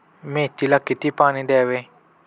मेथीला किती पाणी द्यावे?